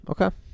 Okay